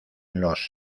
los